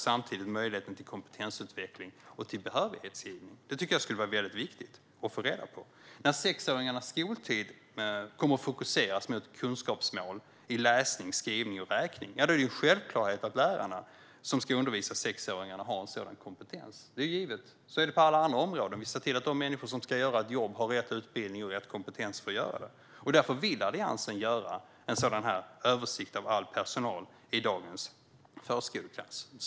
Jag tycker att det är viktigt att få reda på det. När sexåringarnas skoltid kommer att fokuseras mot kunskapsmål i läsning, skrivning och räkning är det en självklarhet att de lärare som ska undervisa sexåringarna har en sådan kompetens. Det är givet, och så är det på alla områden. Vi ser till att de människor som ska göra ett jobb har rätt utbildning och rätt kompetens att göra det. Därför vill Alliansen göra en översikt av all personal i dagens förskoleklass.